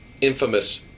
infamous